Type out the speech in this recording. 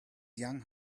young